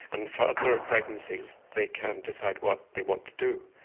and further pregnancies, they can decide what they want to do.